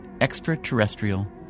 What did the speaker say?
extraterrestrial